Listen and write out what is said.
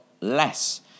less